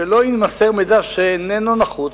שלא יימסר מידע שאיננו נחוץ,